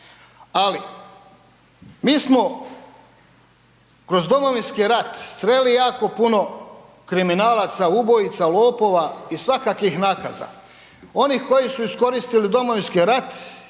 ali mi smo kroz Domovinski rat sreli jako puno kriminalaca, ubojica, lopova i svakakvih nakaza, onih koji su iskoristili Domovinski rat